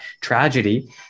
tragedy